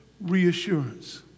reassurance